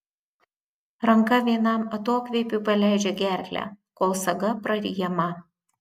ranka vienam atokvėpiui paleidžia gerklę kol saga praryjama